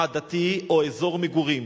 עדתי או אזור מגורים.